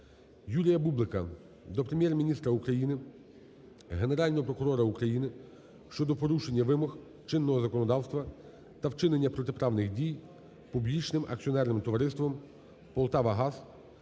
Юрія Бублика до Прем'єр-міністра України, Генерального прокурора України щодо порушення вимог чинного законодавства та вчинення протиправних дій Публічним